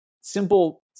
simple